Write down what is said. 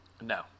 No